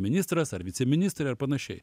ministras ar viceministrai ar panašiai